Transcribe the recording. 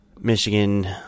Michigan